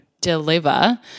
deliver